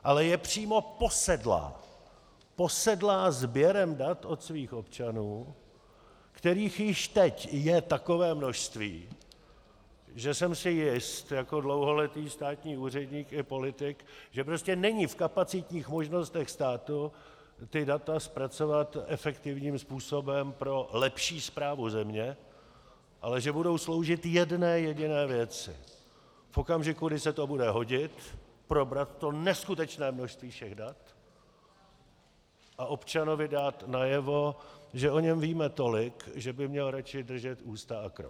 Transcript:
Ale je přímo posedlá, posedlá sběrem dat od svých občanů, kterých již teď je takové množství, že jsem si jist jako dlouholetý státní úředník i politik, že prostě není v kapacitních možnostech státu ta data zpracovat efektivním způsobem pro lepší správu země, ale že budou sloužit jedné jediné věci: V okamžiku, kdy se to bude hodit, probrat to neskutečné množství všech dat a občanovi dát najevo, že o něm víme tolik, že by měl radši držet ústa a krok.